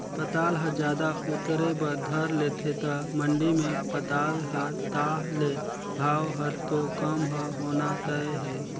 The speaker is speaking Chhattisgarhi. पताल ह जादा उतरे बर धर लेथे त मंडी मे पताल हर ताह ले भाव हर तो कम ह होना तय हे